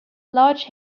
large